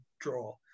draw